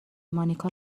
مانیکا